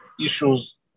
issues